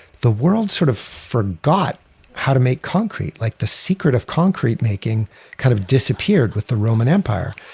the world sort of forgot how to make concrete. like the secret of concrete making kind of disappeared with the roman empire.